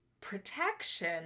protection